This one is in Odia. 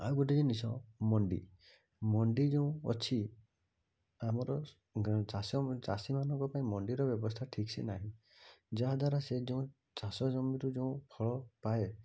ଆଉ ଗୋଟେ ଜିନିଷ ମଣ୍ଡି ମଣ୍ଡି ଯେଉଁ ଅଛି ଆମର ଗ୍ରା ଚାଷ ଚାଷୀ ମାନଙ୍କ ପାଇଁ ମଣ୍ଡିର ବ୍ୟବସ୍ଥା ଠିକ୍ ସେ ନାହିଁ ଯାହାଦ୍ୱାରା ସେ ଯେଉଁ ଚାଷ ଜମିରୁ ଯେଉଁ ଫଳ ପାଏ